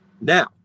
Now